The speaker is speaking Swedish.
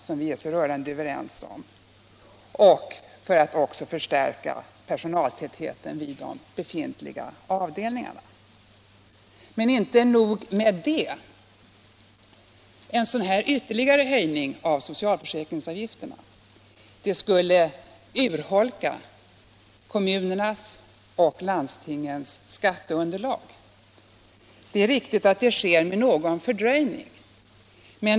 som vi är så rörande överens om och för att förstärka personaltätheten vid de befintliga avdelningarna. Men inte nog med detta. En sådan här ytterligare höjning av socialförsäkringsavgifterna skulle urholka kommunernas och landstingens skatteunderlag. Det är riktigt att det sker med någon fördröjning.